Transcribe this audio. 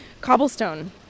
cobblestone